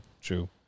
True